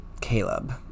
Caleb